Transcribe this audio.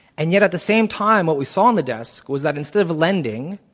and yet at the same time, what we saw on the desk was that instead of lending,